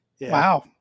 Wow